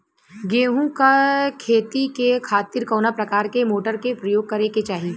गेहूँ के खेती के खातिर कवना प्रकार के मोटर के प्रयोग करे के चाही?